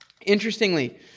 Interestingly